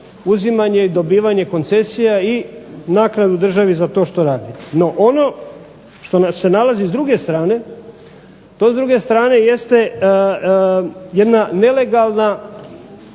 uzimanje i dobivanje koncesija i naknadu državi za to što radi. No ono što se nalazi s druge strane, to s druge strane jeste jedna nelegalna